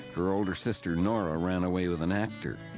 her older sister nora ran away with an actor.